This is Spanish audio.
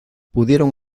pudieron